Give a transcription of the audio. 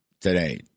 today